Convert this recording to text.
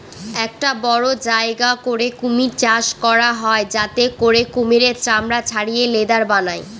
একটা বড়ো জায়গা করে কুমির চাষ করা হয় যাতে করে কুমিরের চামড়া ছাড়িয়ে লেদার বানায়